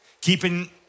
Keeping